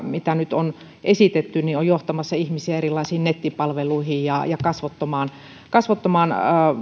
mitä nyt on esitetty on johtamassa ihmisiä erilaisiin nettipalveluihin ja kasvottomaan kasvottomaan